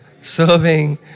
serving